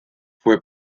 fue